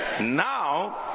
now